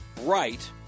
right